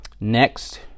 Next